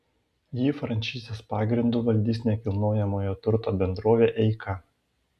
jį franšizės pagrindu valdys nekilnojamojo turto bendrovė eika